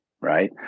right